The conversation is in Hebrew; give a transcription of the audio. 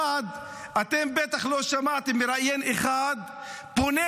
שני דברים: 1. אתם בטח לא שמעתם מראיין אחד אחד פונה